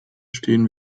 stehen